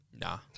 Nah